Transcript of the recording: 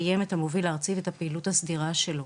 על מנת לקיים את המוביל הארצי ואת הפעילות הסדירה שלנו.